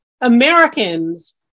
Americans